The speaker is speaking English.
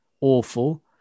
awful